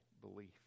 belief